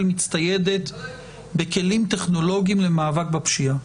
מצטיידת בכלים טכנולוגיים למאבק בפשיעה.